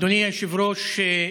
אדוני היושב-ראש,